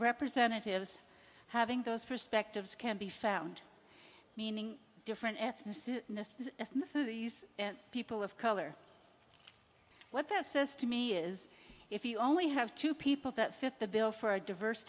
representatives having those perspectives can be found meaning different ethnicities ethnicities and people of color what that says to me is if you only have two people that fit the bill for a diverse